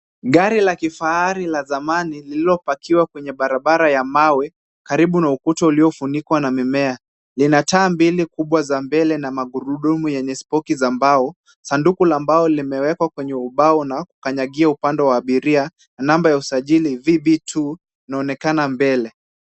Gari la kifahari la zamani lililopakiwa kwenye barabara ya mawe karibu na ukuta uliofunikwa na mimea, lina taa mbili kubwa za mbele na magurudumu yenye spoki za mbao. Sanduku la mbao limewekwa kwenye ubao na kanyagio upande wa abiria, namba ya usajili VB2 inaonekana mbele.